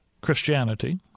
Christianity